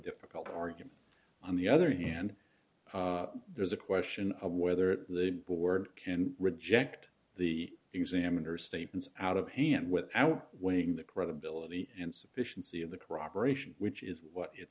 difficult argument on the other hand there's a question of whether the board can reject the examiner statements out of hand without weighing the credibility insufficiency of the corroboration which is what it